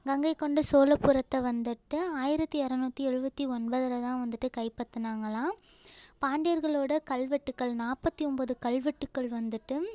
கங்கைகொண்ட சோழபுரத்த வந்துட்டு ஆயிரத்தி இரநூத்தி எழுபத்தி ஒன்பதில் தான் வந்துட்டு கைப்பற்றுனாங்களாம் பாண்டியர்களோட கல்வெட்டுக்கள் நாற்பத்தி ஒம்பது கல்வெட்டுகள் வந்துட்டு